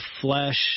flesh